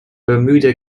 bermuda